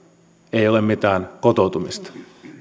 ei ole mitään kotoutumista